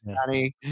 honey